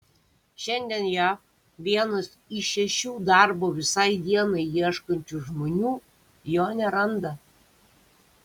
šiandien jav vienas iš šešių darbo visai dienai ieškančių žmonių jo neranda